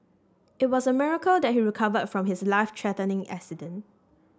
it was a miracle that he recovered from his life threatening accident